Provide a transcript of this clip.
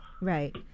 right